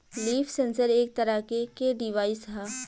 leaf sensor एक तरह के के डिवाइस ह